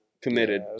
Committed